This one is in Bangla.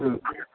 হুম